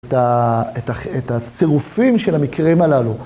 את הצירופים של המקרים הללו.